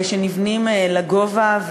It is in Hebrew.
שנבנים לגובה,